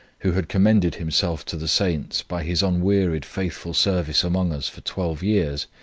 who had commended himself to the saints by his unwearied faithful service among us for twelve years,